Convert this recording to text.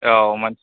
औ माने